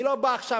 אני לא בא עכשיו,